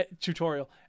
tutorial